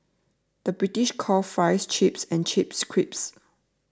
the British calls Fries Chips and Chips Crisps